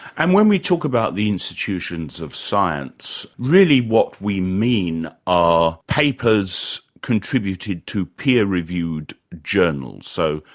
and when we talk about the institutions of science, really what we mean are papers contributed to peer-reviewed journals so,